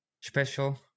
special